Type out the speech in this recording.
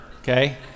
okay